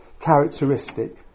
characteristic